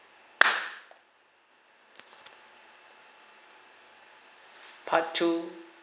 part two